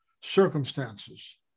circumstances